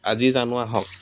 আজি জানো আহক